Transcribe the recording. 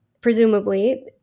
presumably